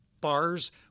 bars